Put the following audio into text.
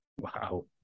Wow